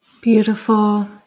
Beautiful